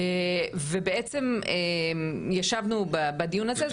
ובעצם ישבנו בדיון הזה,